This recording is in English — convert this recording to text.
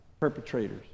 perpetrators